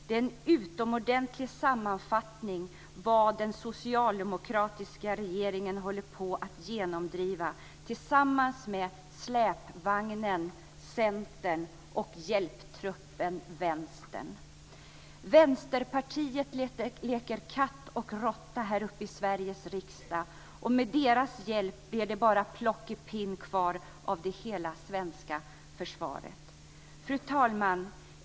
Det är en utomordentlig sammanfattning av vad den socialdemokratiska regeringen håller på att genomdriva tillsammans med släpvagnen Centern och hjälptruppen Vänstern. Vänsterpartiet leker katt och råtta här uppe i Sveriges riksdag, och med dess hjälp blir det bara plockepinn kvar av hela det svenska försvaret. Fru talman!